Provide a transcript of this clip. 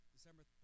December